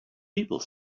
people